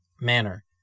manner